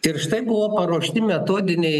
ir štai buvo paruošti metodiniai